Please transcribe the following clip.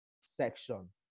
section